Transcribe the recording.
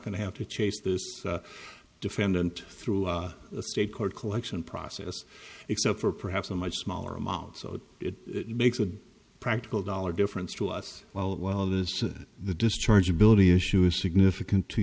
going to have to chase this defendant through the state court collection process except for perhaps a much smaller amount so it makes a practical dollar difference to us well that is the discharge ability issue is significant to